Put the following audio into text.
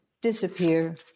disappear